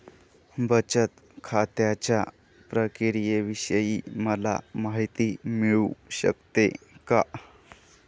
बचत खात्याच्या प्रक्रियेविषयी मला माहिती मिळू शकते का?